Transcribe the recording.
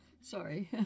Sorry